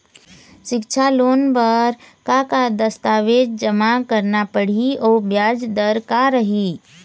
सिक्छा लोन बार का का दस्तावेज जमा करना पढ़ही अउ ब्याज दर का रही?